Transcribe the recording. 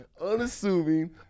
unassuming